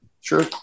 sure